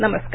नमस्कार